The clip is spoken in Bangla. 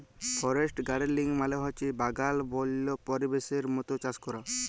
ফরেস্ট গাড়েলিং মালে হছে বাগাল বল্য পরিবেশের মত চাষ ক্যরা